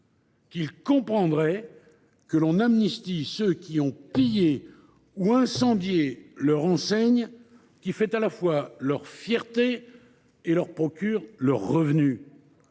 qu’ils comprendraient que l’on amnistie ceux qui ont pillé ou incendié leur enseigne, qui à la fois fait leur fierté et leur procure leurs revenus